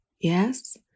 Yes